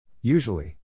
Usually